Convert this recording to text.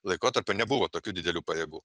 laikotarpio nebuvo tokių didelių pajėgų